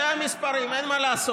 אלה המספרים, אין מה לעשות.